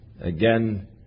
again